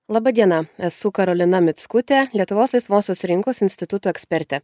laba diena esu karolina mickutė lietuvos laisvosios rinkos instituto ekspertė